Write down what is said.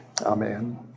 amen